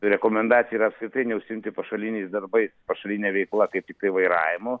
rekomendacija yra apskritai neužsiimti pašaliniais darbais pašaline veikla kaip tiktai vairavimu